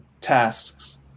tasks